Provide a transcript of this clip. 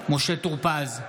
משה טור פז,